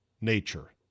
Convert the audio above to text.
nature